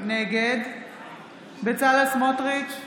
נגד בצלאל סמוטריץ'